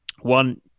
one